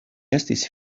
estis